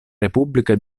repubblica